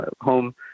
home